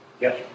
Yes